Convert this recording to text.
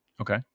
Okay